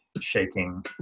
shaking